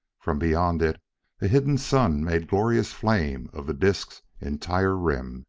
from beyond it, a hidden sun made glorious flame of the disc's entire rim